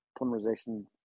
polymerization